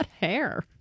hair